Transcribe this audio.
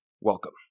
welcome